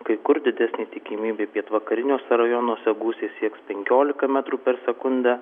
kai kur didesnė tikimybė pietvakariniuose rajonuose gūsiai sieks penkiolika metrų per sekundę